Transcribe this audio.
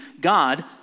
God